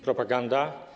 Propaganda.